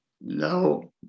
no